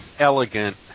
Elegant